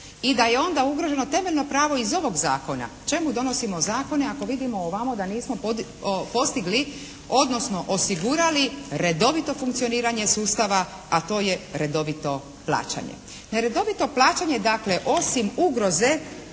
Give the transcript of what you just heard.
i da je onda ugroženo temeljno pravo iz ovog zakona. Čemu donosimo zakone ako vidimo ovamo da nismo postigli, odnosno osigurali redovito funkcioniranje sustava a to je redovito plaćanje.